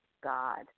God